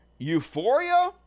euphoria